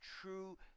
true